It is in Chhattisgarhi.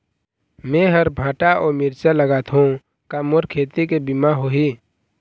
मेहर भांटा अऊ मिरचा लगाथो का मोर खेती के बीमा होही?